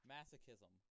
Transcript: Masochism